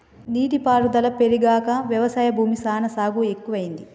నీటి పారుదల పెరిగాక వ్యవసాయ భూమి సానా సాగు ఎక్కువైంది